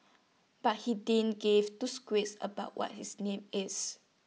but he didn't give two squirts about what his name is